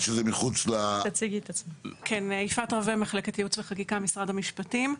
אני יפעת רווה ממחלקת ייעוץ וחקיקה במשרד המשפטים.